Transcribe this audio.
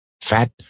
fat